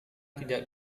tidak